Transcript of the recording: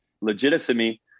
legitimacy